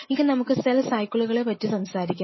ഇനി നമുക്ക് സെൽ സൈക്കിളുകളെ പറ്റി സംസാരിക്കാം